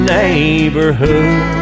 neighborhood